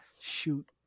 Shoot